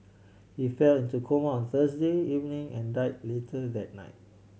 he fell into coma Thursday evening and died later that night